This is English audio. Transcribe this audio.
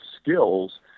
skills